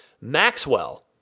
Maxwell